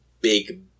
big